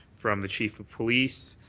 from the chief of police,